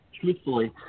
truthfully